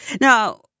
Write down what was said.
Now